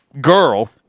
girl